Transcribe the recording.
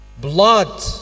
blood